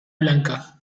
blanca